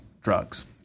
drugs